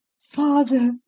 Father